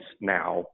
now